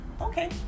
okay